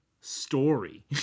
story